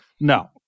No